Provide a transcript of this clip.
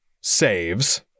saves